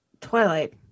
Twilight